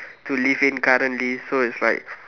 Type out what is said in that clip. to live in currently so it's like